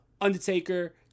Undertaker